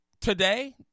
today